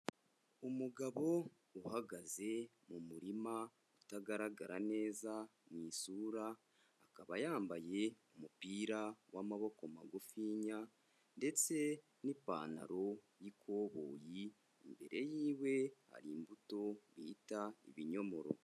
Umugabo uhagaze mu murima utagaragara neza mu isura, akaba yambaye umupira w'amaboko magufinya ndetse n'ipantaro y'ikoboyi, imbere y'iwe hari imbuto bita ibinyomoro.